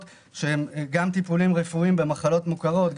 אחרות: טיפולים רפואיים במחלות מוכרות,